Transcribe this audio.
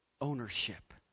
ownership